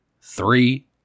three